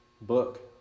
book